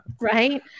Right